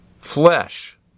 flesh